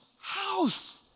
house